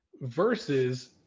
versus